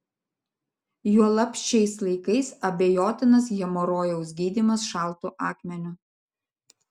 juolab šiais laikais abejotinas hemorojaus gydymas šaltu akmeniu